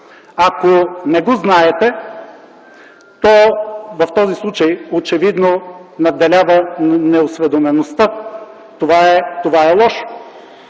Ако не го знаете, в този случай очевидно надделява неосведомеността. Това е лошо.